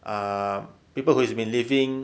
err people who's been living